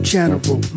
General